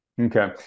okay